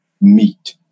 meet